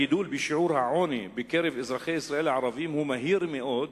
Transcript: הגידול בשיעור העוני בקרב אזרחי ישראל הערבים הוא מהיר מאוד.